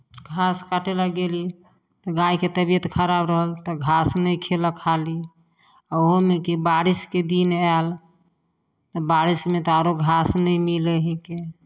घास काटय लए गेली तऽ गाएके तबियत खराब रहल तऽ घास नहि खयलक हालि ओहोमे कि बारिशके दिन आयल तऽ बारिशमे तऽ आरो घास नहि मिलै हइ के